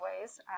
ways